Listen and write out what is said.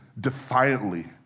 defiantly